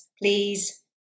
please